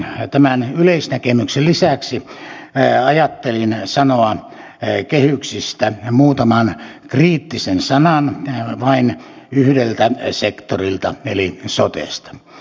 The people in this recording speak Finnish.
tämän yleisnäkemyksen lisäksi ajattelin sanoa kehyksistä muutaman kriittisen sanan vain yhdeltä sektorilta eli sotesta